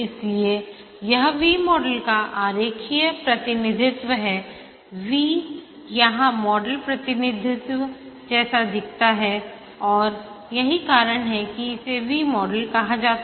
इसलिए यह V model का आरेखीय प्रतिनिधित्व है V यहां मॉडल प्रतिनिधित्व जैसा दिखता है और यही कारण है कि इसे V मॉडल कहा जाता